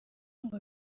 ngo